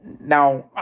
now